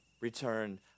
return